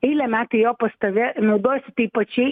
eilę metų ėjo pas tave naudojasi taip pačiai